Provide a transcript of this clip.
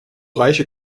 reiche